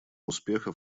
успеха